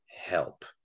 help